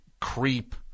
creep